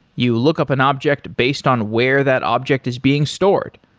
you look up an object based on where that object is being stored.